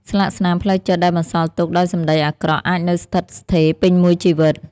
ស្លាកស្នាមផ្លូវចិត្តដែលបន្សល់ទុកដោយសម្ដីអាក្រក់ អាចនៅស្ថិតស្ថេរពេញមួយជីវិត។